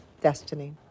destiny